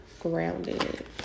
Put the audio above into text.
grounded